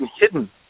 hidden